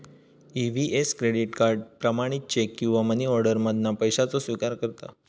EVS credit card, प्रमाणित cheque किंवा money order मधना पैशाचो स्विकार करता